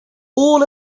all